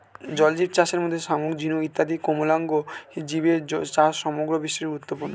জলজীবচাষের মধ্যে শামুক, ঝিনুক ইত্যাদি কোমলাঙ্গ জীবের চাষ সমগ্র বিশ্বে গুরুত্বপূর্ণ